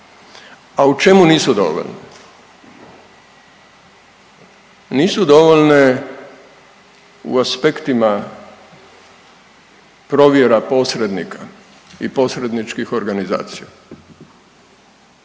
A u čemu nisu dovoljne? Nisu dovoljne u aspektima provjera posrednika i posredničkih organizacija,